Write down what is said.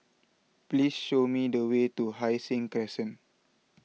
please show me the way to Hai Sing Crescent